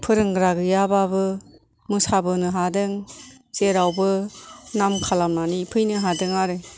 फोरोंग्रा गैयाब्लाबो मोसाबोनो हादों जेरावबो नाम खालामनानै फैनो हादों आरो